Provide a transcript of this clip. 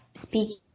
speaking